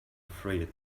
thread